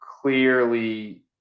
clearly